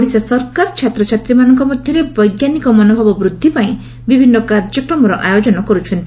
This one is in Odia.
ଓଡ଼ିଶା ସରକାର ଛାତ୍ରଛାତ୍ରୀମାନଙ୍କ ମଧ୍ଧରେ ବୈଙ୍କାନିକ ମନୋଭାବ ବୃଦ୍ଧିପାଇଁ ବିଭିନ୍ନ କାର୍ଯ୍ୟକ୍ରମର ଆୟୋଜନ କରୁଛନ୍ତି